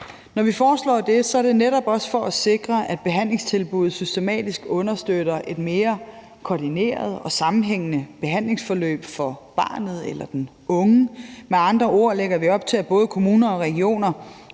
Når vi foreslår det, er det netop også for at sikre, at behandlingstilbuddet systematisk understøtter et mere koordineret og sammenhængende behandlingsforløb for barnet eller den unge. Med andre ord lægger vi op til, at både kommuner og regioner